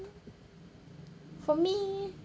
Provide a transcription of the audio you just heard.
for me